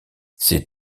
ces